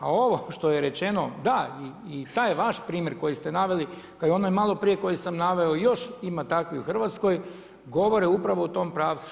A ovo što je rečeno, da i taj vaš primjer koji ste naveli kao i onaj malo prije koji sam naveo još ima takvih u Hrvatskoj, govore upravo u tome pravcu.